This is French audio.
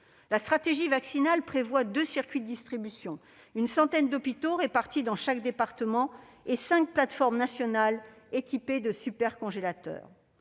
La stratégie vaccinale prévoit deux circuits de distribution : une centaine d'hôpitaux répartis dans chaque département et cinq plateformes nationales équipées de super-congélateurs.